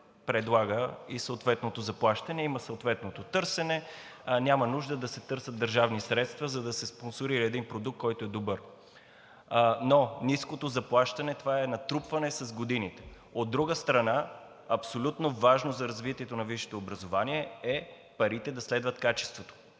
предлага и съответното заплащане, има съответното търсене. Няма нужда да се търсят държавни средства, за да се спонсорира един продукт, който е добър. Но ниското заплащане – това е натрупване с годините. От друга страна, абсолютно важно за развитието на висшето образование е парите да следват качеството,